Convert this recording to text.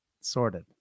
sorted